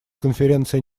конференция